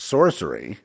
Sorcery